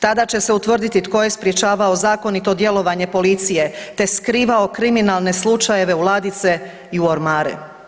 Tada će se utvrditi tko je sprječavao zakonito djelovanje policije te skrivao kriminalne slučajeve u ladice i u ormare.